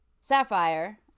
Sapphire